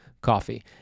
coffee